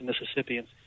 Mississippians